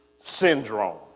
syndrome